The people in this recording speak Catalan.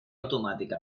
automàtica